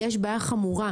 יש בעיה חמורה.